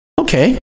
okay